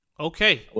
Okay